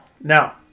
Now